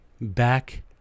back